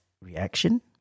reaction